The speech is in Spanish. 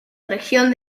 región